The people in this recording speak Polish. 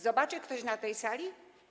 Zobaczy go ktoś na tej sali?